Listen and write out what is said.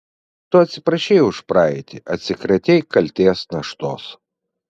tu atsiprašei už praeitį atsikratei kaltės naštos